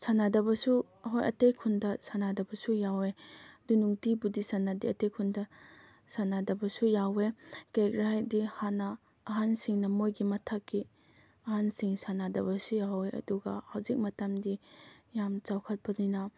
ꯁꯥꯟꯅꯗꯕꯁꯨ ꯍꯣꯏ ꯑꯇꯩ ꯈꯨꯟꯗ ꯁꯥꯟꯅꯗꯕꯁꯨ ꯌꯥꯎꯋꯦ ꯑꯗꯨ ꯅꯨꯡꯇꯤꯕꯨꯗꯤ ꯁꯥꯟꯅꯗꯦ ꯑꯇꯩ ꯈꯨꯟꯗ ꯁꯥꯟꯅꯗꯕꯁꯨ ꯌꯥꯎꯋꯦ ꯀꯔꯤꯒꯤꯔꯥ ꯍꯥꯏꯔꯗꯤ ꯍꯥꯟꯅ ꯑꯍꯟꯁꯤꯡꯅ ꯃꯣꯏꯒꯤ ꯃꯊꯛꯀꯤ ꯑꯍꯟꯁꯤꯡ ꯁꯥꯟꯅꯗꯕꯁꯨ ꯌꯥꯎꯋꯦ ꯑꯗꯨꯒ ꯍꯧꯖꯤꯛ ꯃꯇꯝꯗꯤ ꯌꯥꯝ ꯆꯥꯎꯈꯠꯄꯅꯤꯅ